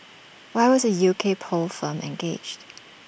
why was A U K poll firm engaged